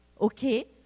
Okay